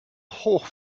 hoch